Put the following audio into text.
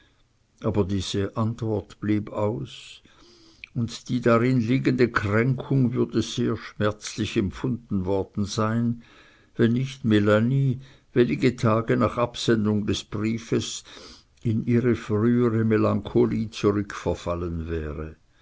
aber diese antwort blieb aus und die darin liegende kränkung würde sehr schmerzlich empfunden worden sein wenn nicht melanie wenige tage nach absendung des briefes in ihre frühere melancholie zurückverfallen wäre